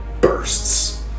bursts